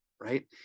right